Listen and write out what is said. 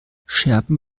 scherben